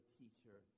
teacher